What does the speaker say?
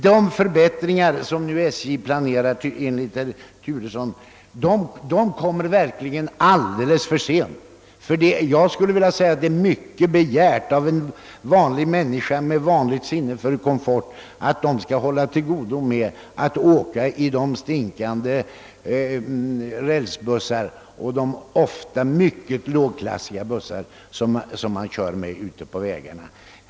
De förbättringar som SJ nu enligt herr Turessons uppgift planerar kommer alldeles för sent. Det är mycket begärt av en vanlig människa med normalt sinne för komfort att hålla till godo med att åka i de stinkande rälsbussar och de ofta mycket lågklassiga bussar som används i persontrafiken.